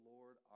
Lord